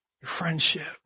friendship